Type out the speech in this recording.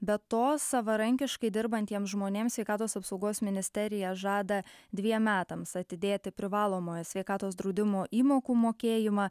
be to savarankiškai dirbantiems žmonėms sveikatos apsaugos ministerija žada dviem metams atidėti privalomojo sveikatos draudimo įmokų mokėjimą